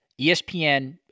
ESPN